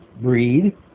breed